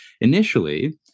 initially